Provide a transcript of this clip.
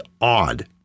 odd